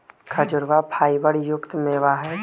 खजूरवा फाइबर युक्त मेवा हई